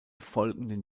folgenden